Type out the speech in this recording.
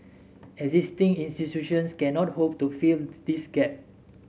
existing institutions cannot hope to fill this gap